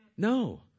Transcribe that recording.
No